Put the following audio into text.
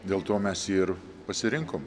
dėl to mes jį ir pasirinkom